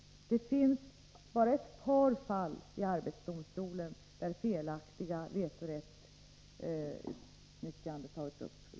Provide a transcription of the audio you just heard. Arbetsdomstolen har tagit upp bara ett par fall, där vetorätten har utnyttjats felaktigt.